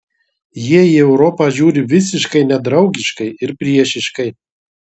jie į europą žiūri visiškai nedraugiškai ir priešiškai